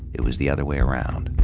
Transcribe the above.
it was the other way around.